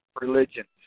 religions